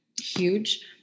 huge